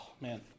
man